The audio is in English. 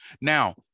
Now